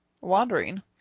wandering